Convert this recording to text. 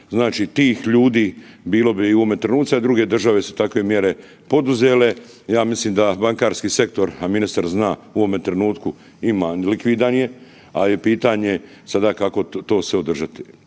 znači tih ljudi bilo bi u ovome trenucim, a druge države su takve mjere poduzele, ja mislim da bankarski sektor, a ministar zna, u ovom trenutku ima, likvidan je, al je pitanje sada kako to sve održati.